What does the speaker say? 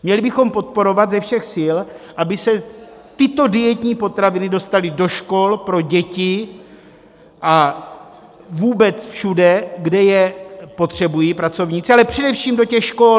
Měli bychom podporovat ze všech sil, aby se tyto dietní potraviny dostaly do škol pro děti a vůbec všude, kde je potřebují pracovníci, ale především do škol.